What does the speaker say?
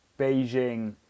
Beijing